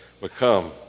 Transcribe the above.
Become